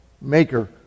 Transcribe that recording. maker